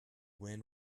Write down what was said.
win